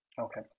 Okay